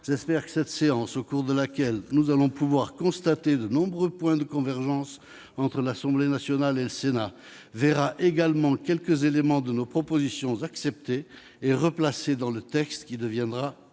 J'espère que cette séance, au cours de laquelle nous allons pouvoir constater de nombreux points de convergence entre l'Assemblée nationale et le Sénat, verra également quelques-unes de nos propositions acceptées et incluses dans le texte qui deviendra